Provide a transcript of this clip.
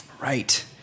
Right